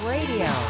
Radio